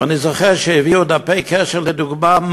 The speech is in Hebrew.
ואני זוכר שהביאו דפי קשר לדוגמה,